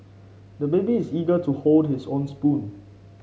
the baby is eager to hold his own spoon